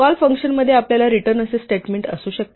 call फंक्शनमध्ये आपल्याला return असे स्टेटमेंट असू शकते